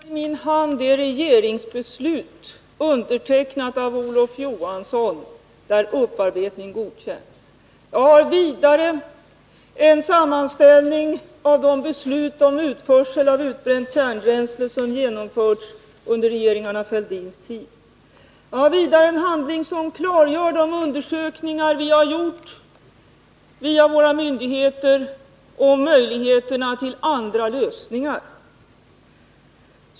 Herr talman! Jag har i min hand det regeringsbeslut, undertecknat av Olof Johansson, där upparbetning godkänts. Jag har vidare en sammanställning av de beslut om utförsel av utbränt kärnbränsle som fattats under regeringarna Fälldins tid. Vidare har jag en handling som klargör de undersökningar vi har gjort, via våra myndigheter, om möjligheter till andra lösningar.